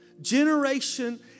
generation